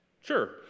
Sure